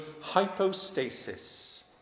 hypostasis